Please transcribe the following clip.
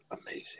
Amazing